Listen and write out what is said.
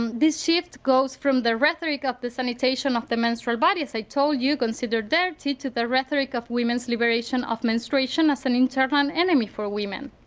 um this shift goes from the rhetoric of the sanitation of the menstrual bodies they told you considered dirty to the rhetoric of women's liberation of menstruation as an internal um enemy for women.